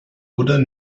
oder